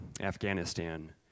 Afghanistan